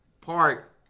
Park